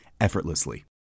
effortlessly